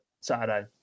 Saturday